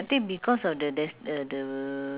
geylang sure go lah all the malay ah